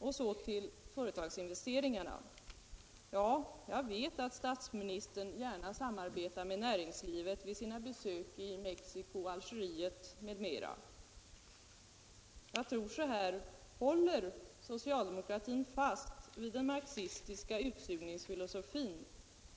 Så några ord om företagsinvesteringarna. Ja, jag vet att statsministern gärna samarbetar med näringslivet vid sina besök i Mexiko, Algeriet m.m. Men jag tror så här: håller socialdemokratin fast vid den marxistiska utsugningsfilosofin